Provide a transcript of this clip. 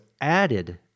added